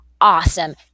awesome